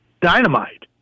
dynamite